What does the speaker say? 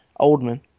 Oldman